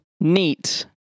neat